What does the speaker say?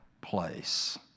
place